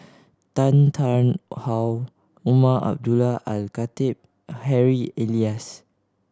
Tan Tarn How Umar Abdullah Al Khatib Harry Elias